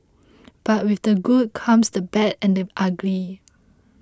but with the good comes the bad and the ugly